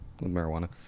marijuana